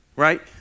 Right